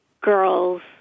girls